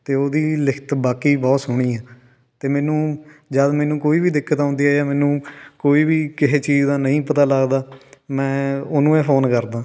ਅਤੇ ਉਹਦੀ ਲਿਖਤ ਬਾਕਈ ਬਹੁਤ ਸੋਹਣੀ ਆ ਅਤੇ ਮੈਨੂੰ ਜਦ ਮੈਨੂੰ ਕੋਈ ਵੀ ਦਿੱਕਤ ਆਉਂਦੀ ਆ ਜਾਂ ਮੈਨੂੰ ਕੋਈ ਵੀ ਕਿਸੇ ਚੀਜ਼ ਦਾ ਨਹੀਂ ਪਤਾ ਲੱਗਦਾ ਮੈਂ ਉਹਨੂੰ ਹੀ ਫੋਨ ਕਰਦਾ